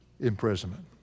imprisonment